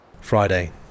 Friday